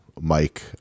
mike